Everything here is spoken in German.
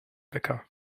wecker